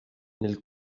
nel